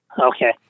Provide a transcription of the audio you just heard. Okay